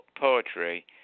poetry